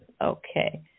Okay